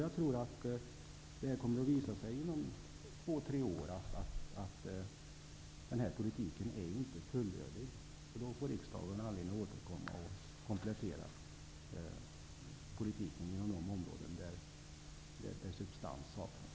Jag tror att det kommer att visa sig inom två tre år att den här politiken inte är fullödig. Då får riksdagen anledning att återkomma med kompletteringar inom de områden där substans saknas.